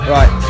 Right